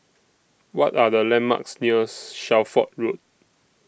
What Are The landmarks near's Shelford Road